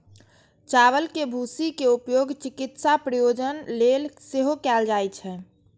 चावल के भूसी के उपयोग चिकित्सा प्रयोजन लेल सेहो कैल जाइ छै